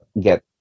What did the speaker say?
get